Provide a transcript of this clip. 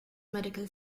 medical